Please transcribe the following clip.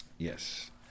Yes